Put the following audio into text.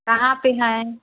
कहाँ पर हैं